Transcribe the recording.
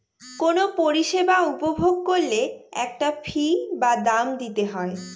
কোনো পরিষেবা উপভোগ করলে একটা ফী বা দাম দিতে হয়